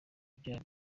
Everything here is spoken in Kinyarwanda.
ibyaha